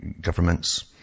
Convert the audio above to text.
governments